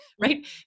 right